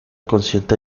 consciente